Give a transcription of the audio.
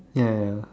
ya ya